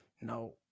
No